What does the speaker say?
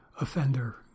offender